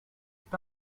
est